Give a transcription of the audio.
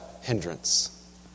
hindrance